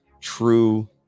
True